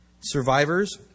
Survivors